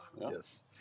Yes